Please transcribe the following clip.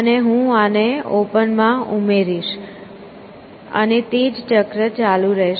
અને હું આને ઓપન માં ઉમેરીશ અને તે જ ચક્ર ચાલુ રહેશે